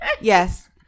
Yes